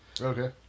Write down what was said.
Okay